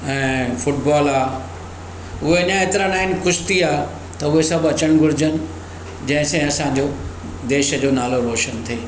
ऐं फुटबॉल आहे हे अञा एतिरा न आहिनि कुश्ती आहे त उहे सभु अचणु घुरिजनि जंहिं सां असांजो देश जो नालो रोशनु थिए